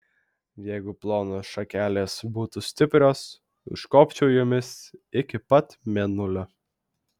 jeigu plonos šakelės būtų stiprios užkopčiau jomis iki pat mėnulio